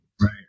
Right